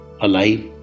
alive